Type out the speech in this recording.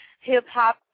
hip-hop